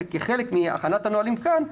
כחלק מהכנת הנהלים כאן,